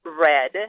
red